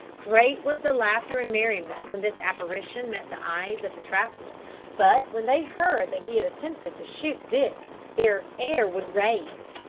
great was the laughter and merriment when this apparition met the eyes of the trappers but when they heard that he had attempted to shoot dick their ire was raised,